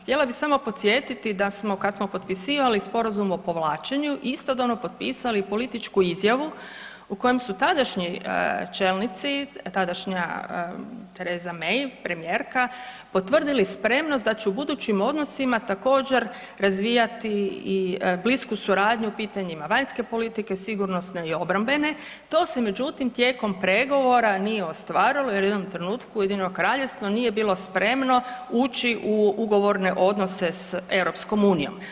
Htjela bi samo podsjetiti da smo kad smo potpisivali sporazum o povlačenju istodobno potpisali političku izjavu u kojem su tadašnji čelnici, tadašnja Theresa May, premijerka potvrdili spremnost da će u budućim odnosima također razvijati i blisku suradnju u pitanjima vanjske politike, sigurnosne i obrambene, to se međutim tijekom pregovora nije ostvarilo jer je u jednom trenutku Ujedinjeno Kraljevstvo nije bilo spremno ući u ugovorne odnose s EU.